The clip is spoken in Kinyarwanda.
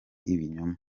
ibinyoma